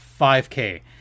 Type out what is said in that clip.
5K